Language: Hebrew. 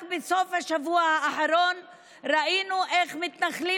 רק בסוף השבוע האחרון ראינו איך מתנחלים,